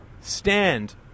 stand